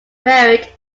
buried